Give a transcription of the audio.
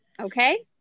okay